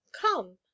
come